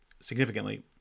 significantly